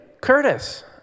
Curtis